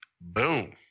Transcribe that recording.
Boom